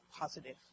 positive